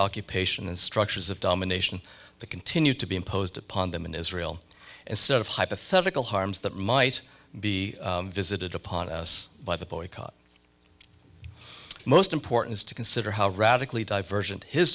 occupation and structures of domination the continued to be imposed upon them in israel as sort of hypothetical harms that might be visited upon us by the boycott most important is to consider how radically divergent his